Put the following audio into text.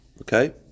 Okay